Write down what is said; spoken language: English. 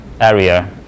area